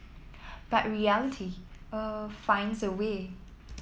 but reality uh finds a way